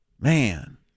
Man